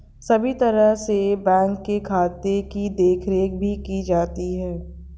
सभी तरह से बैंक के खाते की देखरेख भी की जाती है